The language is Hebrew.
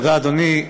תודה, אדוני.